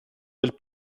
del